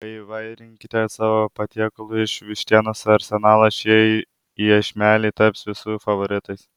paįvairinkite savo patiekalų iš vištienos arsenalą šie iešmeliai taps visų favoritais